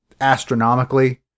astronomically